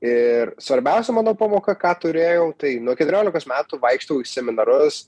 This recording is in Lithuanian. ir svarbiausia mano pamoka ką turėjau tai nuo keturiolikos metų vaikštau į seminarus